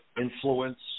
influence